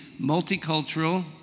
multicultural